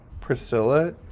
Priscilla